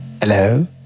Hello